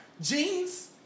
Jeans